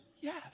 Yes